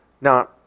Now